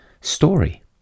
story